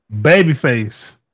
Babyface